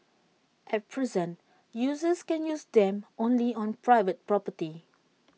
at present users can use them only on private property